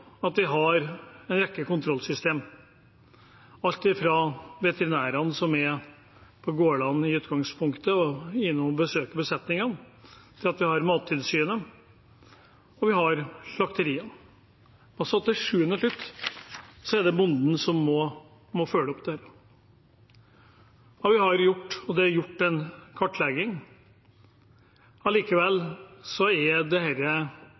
at dyr skal ha det bra. Dyr har en egenverdi. Vi har en rekke kontrollsystem – alt fra veterinærene som er på gårdene i utgangspunktet, og som er inne og besøker besetningene, til Mattilsynet og slakteriene. Til sjuende og sist er det bonden som må følge opp dette. Det er gjort en kartlegging. Allikevel er